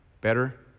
better